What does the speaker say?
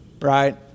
right